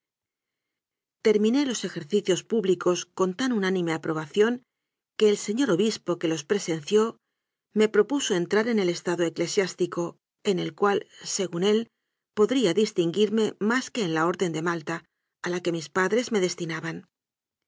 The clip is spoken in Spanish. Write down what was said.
terminé los ejercicios públicos con tan unánime aprobación que el señor obispo que los presen ció me propuso entrar en el estado eclesiástico en el cual según él podría distinguirme más que en la orden de malta a la que mis padres me destinaban